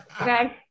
Okay